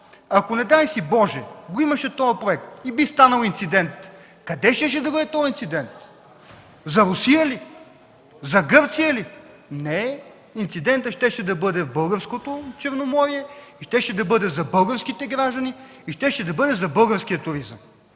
ако, не дай си боже, го имаше този проект и би станал инцидент, къде щеше да бъде този инцидент – за Русия ли, за Гърция ли? Не, инцидентът щеше да бъде в българското Черноморие, щеше да бъде за българските граждани и щеше да бъде за българския туризъм.